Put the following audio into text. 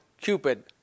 Cupid